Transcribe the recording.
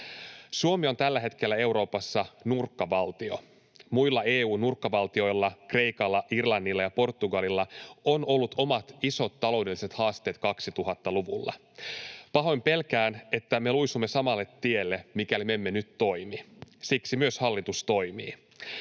Suomi on tällä hetkellä Euroopassa nurkkavaltio. Muilla EU:n nurkkavaltioilla Kreikalla, Irlannilla ja Portugalilla on ollut omat isot taloudelliset haasteet 2000-luvulla. Pahoin pelkään, että me luisumme samalle tielle, mikäli me emme nyt toimi. Siksi myös hallitus toimii.